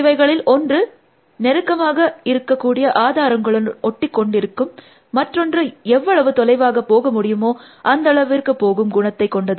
இவைகளில் ஒன்று 3448 நெருக்கமாக இருக்கக்கூடிய ஆதாரங்களுடன் ஒட்டி கொண்டிருக்கும் மற்றொன்று எவ்வளவு தொலைவாக போக முடியுமோ அந்தளவிற்கு போகும் குணத்தை கொண்டது